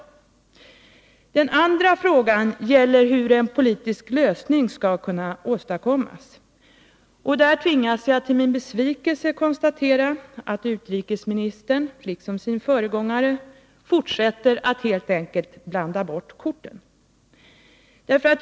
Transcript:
För det andra vill jag ta upp frågan hur en politisk lösning skall kunna åstadkommas, och där tvingas jag med besvikelse konstatera att utrikesministern, liksom sin föregångare, fortsätter att helt enkelt blanda bort korten.